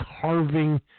carving